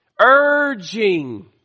urging